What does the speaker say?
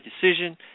decision